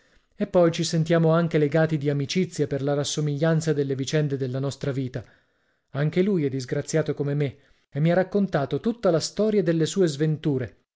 e poi ci sentiamo anche legati di amicizia per la rassomiglianza delle vicende della nostra vita anche lui è disgraziato come me e mi ha raccontato tutta la storia delle sue sventure